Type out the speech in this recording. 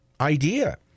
idea